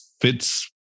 fits